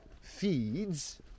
feeds